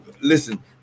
listen